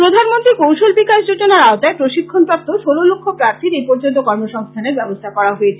প্রধানমন্ত্রী কৌশল বিকাশ যোজনার আওতায় প্রশিক্ষণপ্রাপ্ত ষোল লক্ষ প্রাথীর এপর্যন্ত কর্মসংস্থানের ব্যবস্থা করা হয়েছে